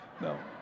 No